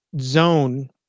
zone